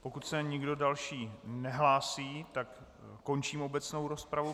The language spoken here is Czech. Pokud se nikdo další nehlásí, končím obecnou rozpravu.